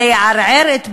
זה יערער את ביטחונם,